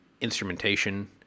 instrumentation